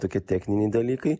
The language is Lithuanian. tokie techniniai dalykai